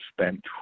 spent